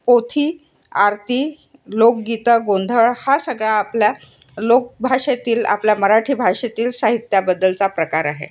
पोथी आरती लोकगीतं गोंधळ हा सगळा आपल्या लोकभाषेतील आपल्या मराठी भाषेतील साहित्याबद्दलचा प्रकार आहे